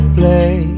play